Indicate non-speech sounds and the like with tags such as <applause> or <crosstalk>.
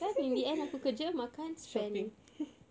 <laughs> shopping <laughs>